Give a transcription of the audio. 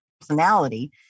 personality